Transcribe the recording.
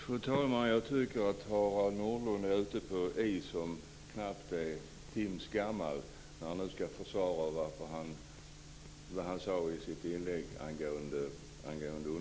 Fru talman! Jag tycker att Harald Nordlund är ute på isen, knappt timsgammal, när han nu ska försvara vad han sade i sitt inlägg angående mig.